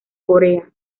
corea